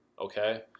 okay